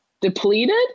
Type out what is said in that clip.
depleted